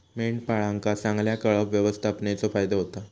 मेंढपाळांका चांगल्या कळप व्यवस्थापनेचो फायदो होता